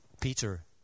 Peter